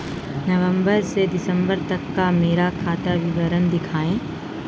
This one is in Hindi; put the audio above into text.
नवंबर से दिसंबर तक का मेरा खाता विवरण दिखाएं?